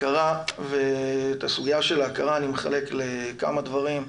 את הסוגיה של ההכרה אני מחלק לכמה דברים.